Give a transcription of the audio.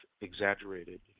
exaggerated